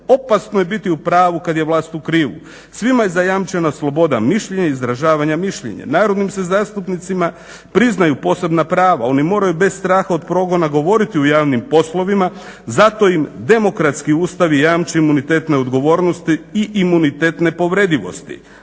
opasno je biti u pravu kad je vlast u krivu. Svima je zajamčena sloboda mišljenja i izražavanja mišljenja. Narodnim se zastupnicima priznaju posebna prava, oni moraju bez straha od progona govoriti u javnim poslovima, zato im demokratski ustavi jamče imunitet neodgovornosti i imunitet nepovredivosti.